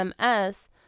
MS